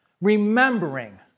remembering